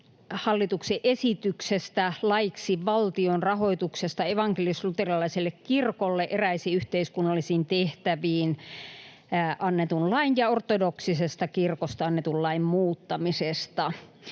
hallituksen esityksestä laeiksi valtion rahoituksesta evankelis-luterilaiselle kirkolle eräisiin yhteiskunnallisiin tehtäviin annetun lain ja ortodoksisesta kirkosta annetun lain muuttamisesta.